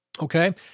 Okay